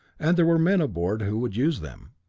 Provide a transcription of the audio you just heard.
and there were men aboard who would use them.